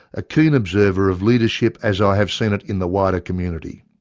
a keen observer of leadership as i have seen it in the wider community.